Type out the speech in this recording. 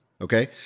Okay